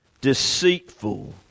deceitful